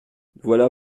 voilà